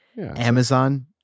Amazon